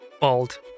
bald